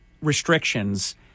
restrictions